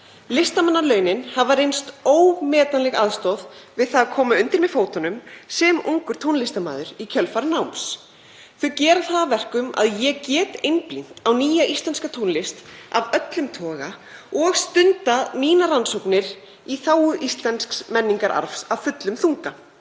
Listamannalaunin hafa reynst ómetanleg aðstoð við að koma undir sig fótunum sem ungur tónlistarmaður í kjölfar náms. Þau gera það að verkum að ég get einblínt á nýja íslenska tónlist af öllum toga og stundað mínar rannsóknir í þágu íslensks menningararfs af fullum þunga.